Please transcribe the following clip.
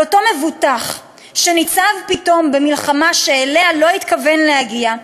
אבל אותו מבוטח שניצב פתאום במלחמה שאליה לא התכוון להגיע,